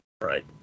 Right